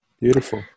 Beautiful